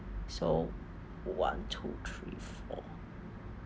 so one two three four